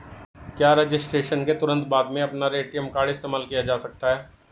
क्या रजिस्ट्रेशन के तुरंत बाद में अपना ए.टी.एम कार्ड इस्तेमाल किया जा सकता है?